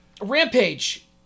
Rampage